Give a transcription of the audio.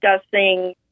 discussing